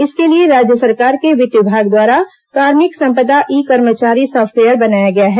इसके लिए राज्य सरकार के वित्त विभाग द्वारा कार्मिक सम्पदा ई कर्मचारी साफ्टवेयर बनाया गया है